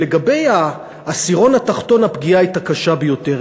לגבי העשירון התחתון, הפגיעה הייתה קשה ביותר.